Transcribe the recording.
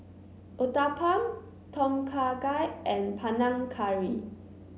Uthapam Tom Kha Gai and Panang Curry